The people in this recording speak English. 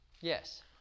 yes